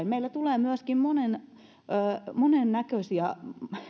meillä tulee myöskin monennäköisiä